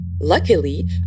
Luckily